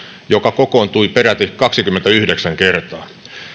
joka kokoontui peräti kaksikymmentäyhdeksän kertaa